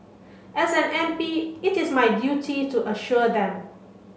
as an M P it is my duty to assure them